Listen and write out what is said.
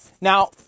Now